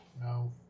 No